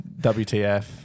wtf